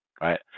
right